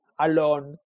Alone